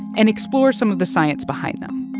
and explore some of the science behind them.